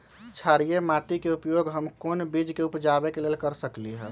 क्षारिये माटी के उपयोग हम कोन बीज के उपजाबे के लेल कर सकली ह?